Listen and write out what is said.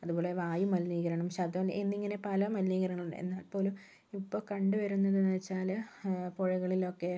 അതുപോലെ വായു മലിനീകരണം ശബ്ദം മലിനീ എന്നിങ്ങനെ പല മലിനീകരണങ്ങൾ എന്നാൽ പോലും ഇപ്പൊൾ കണ്ടു വരുന്നതെന്ന് വച്ചാല് പുഴകളിലൊക്കെ